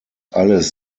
alles